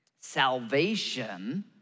Salvation